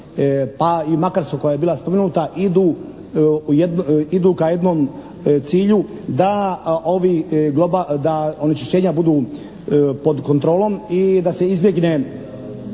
pa i u Makarskoj, koja je bila spomenuta idu ka jednom cilju da onečišćenja budu pod kontrolom i da se izbjegne